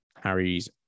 Harry's